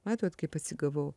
matot kaip atsigavau